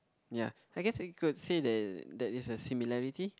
ya I guess it could say that there is a similarity